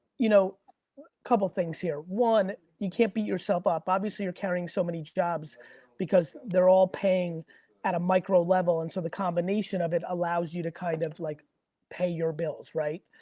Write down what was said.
you know couple pf things here, one, you can't beat yourself up. obviously you're carrying so many jobs because they're all paying at a micro level, and so the combination of it allows you to kind of like pay your bills, right?